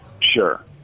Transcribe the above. sure